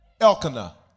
Elkanah